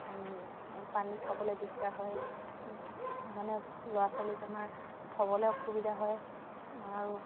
পানী খাবলৈ দিগদাৰ হয় মানে ল'ৰা ছোৱালীক আমাৰ থ'বলৈ অসুবিধা হয় আৰু